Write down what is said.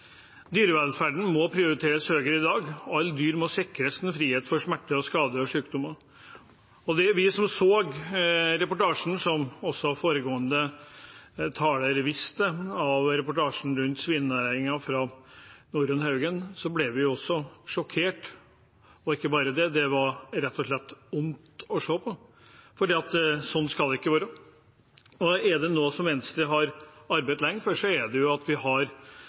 Dyrevelferden må prioriteres høyere i dag. Alle dyr må sikres frihet fra smerte, skade og sykdom. Vi som så reportasjen som foregående taler viste til, reportasjen av Norun Haugen om svineoppdrett, ble sjokkert. Og ikke bare det – det var rett og slett vondt å se på, for sånn skal det ikke være. Er det noe Venstre har arbeidet lenge for, er det for at Mattilsynet i større grad også skal ha en forebyggende bit, med rettledning. God rådgivning og arbeid med risikobasert forebygging er viktig, og vi